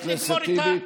חבר הכנסת טיבי,